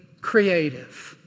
creative